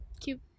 Cute